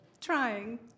Trying